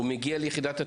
הוא מגיע ליחידת התיאום?